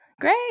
Great